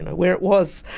and where it was.